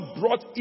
brought